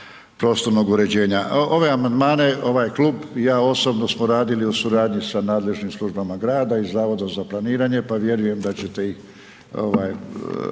prostornog uređenja. Ove amandmane ovaj klub i ja osobno smo radili u suradnji sa nadležnim službama grada i Zavoda za planiranje, pa vjerujem da ćete ih